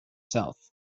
south